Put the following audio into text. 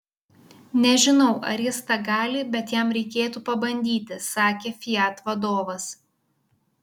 nežinau ar jis tą gali bet jam reikėtų pabandyti sakė fiat vadovas